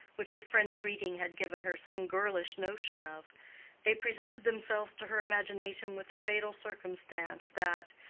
which her french reading had given her some girlish notion of they presented themselves to her imagination with the fatal circumstance that,